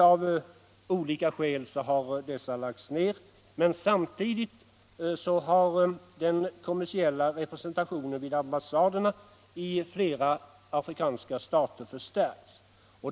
Av olika skäl har dessa lagts ner, men samtidigt har den kommersiella representationen vid ambassaderna i flera afrikanska stater förstärkts.